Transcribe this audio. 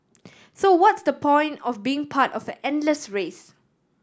so what's the point of being part of an endless race